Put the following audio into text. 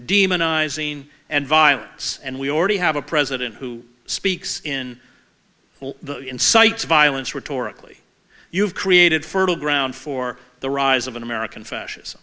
demonizing and violence and we already have a president who speaks in all incites violence rhetorically you've created fertile ground for the rise of an american fascis